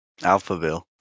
Alphaville